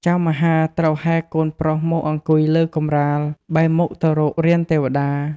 ចៅមហា ត្រូវហែកូនប្រុសមកអង្គុយលើកម្រាល បែរមុខទៅរករានទេវតា។